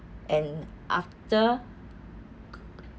and after